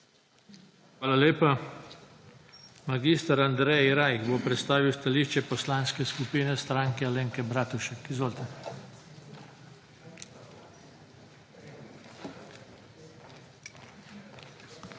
Hvala lepa. Mag. Andrej Rajh bo predstavil stališče Poslanske skupine Stranke Alenke Bratušek. MAG.